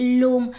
luôn